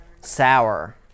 Sour